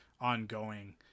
ongoing